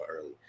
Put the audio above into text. early